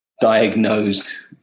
Diagnosed